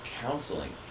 counseling